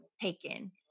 taken